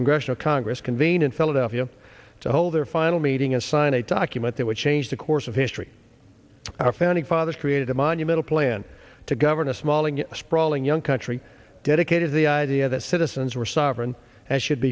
congressional congress convene in philadelphia to hold their final meeting a sign a document that would change the course of history our founding fathers created a monumental plan to govern a small and sprawling young country dedicated to the idea that citizens were sovereign and should